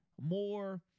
more